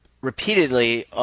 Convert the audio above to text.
repeatedly